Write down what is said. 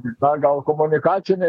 dar gal komunikacinė